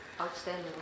Outstanding